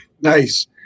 Nice